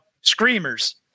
Screamers